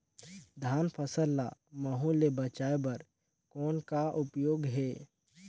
धान फसल ल महू ले बचाय बर कौन का उपाय हे?